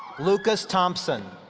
lucas thompson.